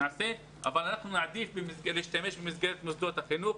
נעשה אבל אנחנו נעדיף להשתמש במסגרת מוסדות החינוך.